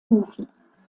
hufen